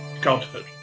Godhood